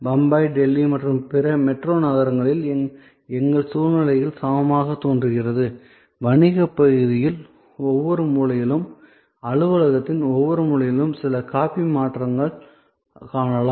பம்பாய் டெல்லி மற்றும் பிற மெட்ரோ பகுதிகளில் எங்கள் சூழ்நிலையில் சமமாக தோன்றுகிறது வணிகப் பகுதியில் ஒவ்வொரு மூலையிலும் அலுவலகத்தின் ஒவ்வொரு மூலையிலும் சில காபி மாற்றங்களைக் காணலாம்